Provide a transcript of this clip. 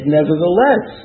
Nevertheless